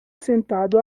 sentado